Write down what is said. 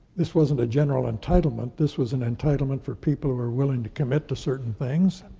this wasn't a general entitlement, this was an entitlement for people who were willing to commit to certain things.